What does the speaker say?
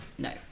no